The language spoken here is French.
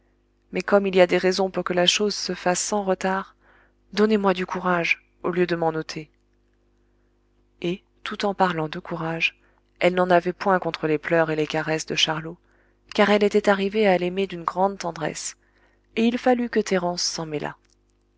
mais comme il y a des raisons pour que la chose se fasse sans retard donnez-moi du courage au lieu de m'en ôter et tout en parlant de courage elle n'en avait point contre les pleurs et les caresses de charlot car elle était arrivée à l'aimer d'une grande tendresse et il fallut que thérence s'en mêlât